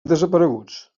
desapareguts